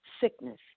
sickness